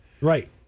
Right